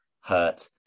hurt